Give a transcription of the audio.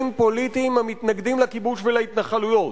פוליטיים המתנגדים לכיבוש ולהתנחלויות.